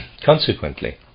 Consequently